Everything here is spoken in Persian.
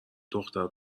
دختر